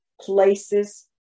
places